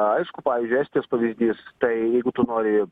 aišku pavyzdžiui estijos pavyzdys tai jeigu tu nori